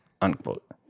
unquote